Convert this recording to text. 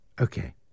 Okay